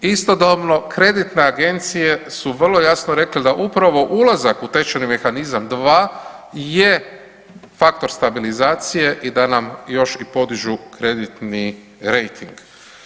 Istodobno kreditne agencije su vrlo jasno rekle da upravo ulazak u tečajni mehanizam 2 je faktor stabilizacije i da nam još i podižu kreditni rejting.